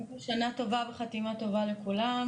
שנה טובה וחתימה טובה לכולם.